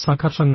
സംഘർഷങ്ങൾ